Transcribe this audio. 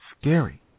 Scary